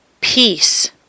peace